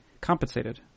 compensated